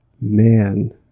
Man